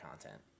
content